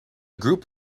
group